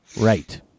Right